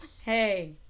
hey